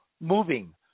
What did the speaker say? moving